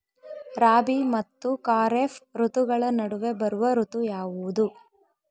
ರಾಬಿ ಮತ್ತು ಖಾರೇಫ್ ಋತುಗಳ ನಡುವೆ ಬರುವ ಋತು ಯಾವುದು?